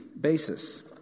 basis